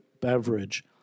beverage